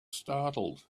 startled